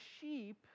sheep